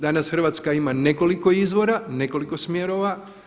Danas Hrvatska ima nekoliko izvora, nekoliko smjerova.